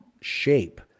shape